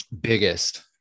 biggest